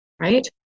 right